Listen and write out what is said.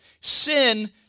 Sin